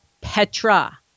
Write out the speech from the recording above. Petra